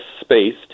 space